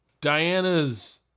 Diana's